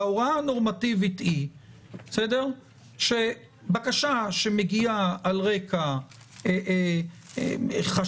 ההוראה הנורמטיבית היא שבקשה שמגיעה על רקע חשש